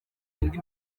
indi